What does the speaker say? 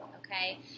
okay